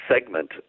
segment